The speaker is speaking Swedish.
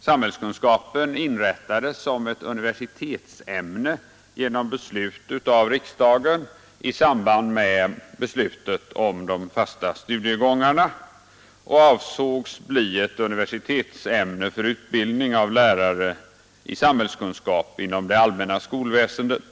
Samhällskunskapen inrättades som ett universitetsämne genom beslut av riksdagen i samband med beslutet om de fasta studiegångarna och avsågs bli ett universitetsämne för utbildning av lärare i samhällskunskap inom det allmänna skolväsendet.